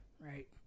Right